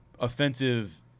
offensive